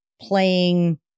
playing